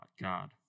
God